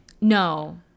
No